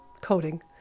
coding